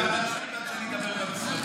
בהצבעה ונוכל לעשות משהו